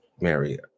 Mary